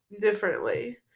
differently